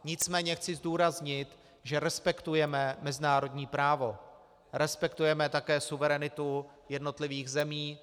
Nicméně chci zdůraznit, že respektujeme mezinárodní právo, respektujeme také suverenitu jednotlivých zemí.